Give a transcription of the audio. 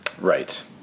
Right